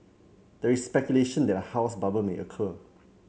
there is speculation that a house bubble may occur